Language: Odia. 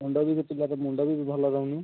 ମୁଣ୍ଡ ବି ସେ ପିଲାର ମୁଣ୍ଡ ବି ଭଲ ରହୁନି